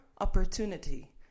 opportunity